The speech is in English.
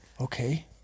Okay